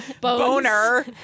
Boner